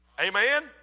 Amen